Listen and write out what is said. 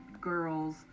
girls